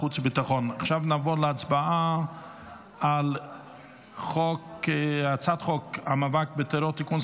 עכשיו נעבור להצבעה על הצעת חוק המאבק בטרור (תיקון,